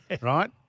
Right